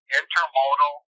intermodal